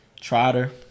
Trotter